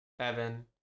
Evan